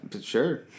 sure